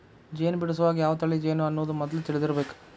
ಜೇನ ಬಿಡಸುವಾಗ ಯಾವ ತಳಿ ಜೇನು ಅನ್ನುದ ಮದ್ಲ ತಿಳದಿರಬೇಕ